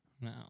no